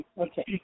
Okay